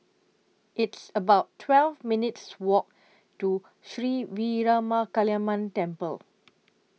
It's about twelve minutes' Walk to Sri Veeramakaliamman Temple